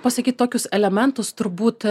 pasakyt tokius elementus turbūt